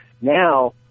Now